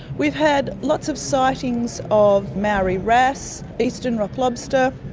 we've had lots of sightings of maori wrasse, eastern rock lobster,